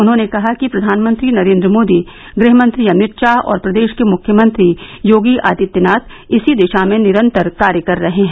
उन्होंने कहा कि प्रधानमंत्री नरेंद्र मोदी गृहमंत्री अमित शाह और प्रदेश के मुख्यमंत्री योगी आदित्यनाथ इसी दिशा में निरन्तर कार्य कर रहे हैं